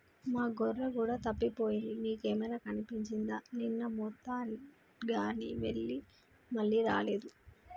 మా గొర్రె కూడా తప్పిపోయింది మీకేమైనా కనిపించిందా నిన్న మేతగాని వెళ్లి మళ్లీ రాలేదు